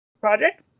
Project